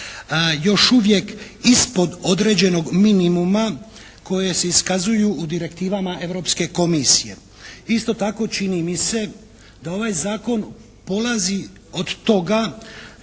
još uvijek ispod određenog minimuma koje se iskazuju u direktivama Europske komisije. Isto tako čini mi se da ovaj zakon polazi od toga